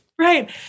Right